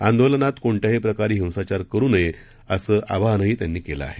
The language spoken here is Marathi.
आंदोलनात कोणत्याही प्रकारे हिंसाचार होऊ नये असं आवाहनही त्यांनी केलं आहे